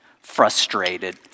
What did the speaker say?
frustrated